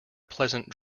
pleasant